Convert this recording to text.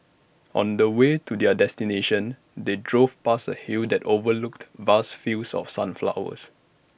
on the way to their destination they drove past A hill that overlooked vast fields of sunflowers